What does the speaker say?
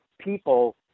people